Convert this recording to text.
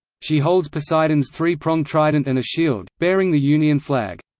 she holds poseidon's three-pronged trident and a shield, bearing the union flag.